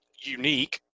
unique